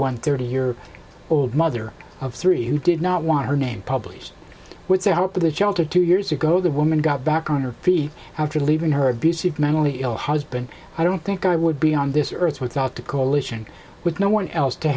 one thirty year old mother of three who did not want her name published with the help of the child to two years ago the woman got back on her feet after leaving her abusive mentally ill husband i don't think i would be on this earth without the coalition with no one else to